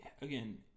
again